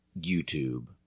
YouTube